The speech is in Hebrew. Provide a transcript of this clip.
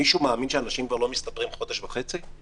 מישהו מאמין שאנשים לא מסתפרים כבר חודש וחצי?